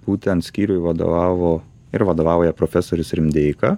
būtent skyriui vadovavo ir vadovauja profesorius rimdeika